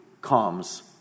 comes